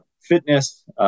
fitness